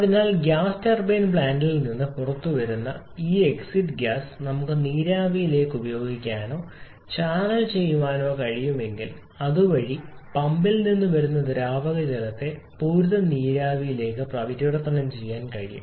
അതിനാൽ gas turbine പ്ലാന്റിൽ നിന്ന് പുറത്തുവരുന്ന ഈ എക്സിറ്റ് ഗ്യാസ് നമുക്ക് നീരാവിയിലേക്ക് ഉപയോഗിക്കാനോ ചാനൽ ചെയ്യാനോ കഴിയുമെങ്കിൽ അതുവഴി പമ്പിൽ നിന്ന് വരുന്ന ദ്രാവക ജലത്തെ പൂരിത നീരാവിയിലേക്ക് പരിവർത്തനം ചെയ്യാൻ കഴിയും